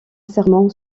serment